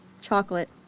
chocolate